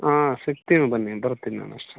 ಹಾಂ ಸಿಕ್ತಿವಿ ಬನ್ನಿ ಬರ್ತೀನಿ ನಾನು ಅಷ್ಟ್ರಲ್ಲಿ